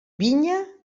vinya